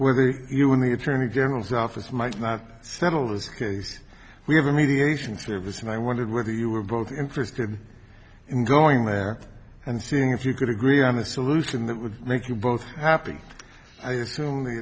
whether you were in the attorney general's office might not settle this case we have a mediation service and i wondered whether you were both interested in going there and seeing if you could agree on a solution that would make you both happy i assume the